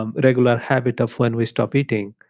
um regular habit of when we stop eating,